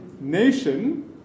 nation